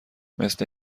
مثل